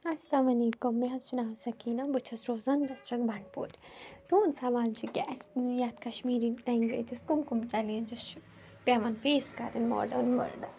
اَلسَلام علیکُم مےٚ حظ چھُ ناوسٔکیٖنہ بہٕ چھس روزان ڈِسٹرٛک بَنڈٕ پورِ تُہٕنٛد سوال چھُ کہِ اسہِ یَتھ کَشمیٖری لَنٛگویجَس کٕم کٕم چَلینجِس چھِ پیٚوَان فیس کَرٕنۍ ماڈٲرٕنۍ ورٕلڈس منٛز